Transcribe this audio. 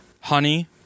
Honey